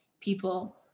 people